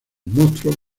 monstruos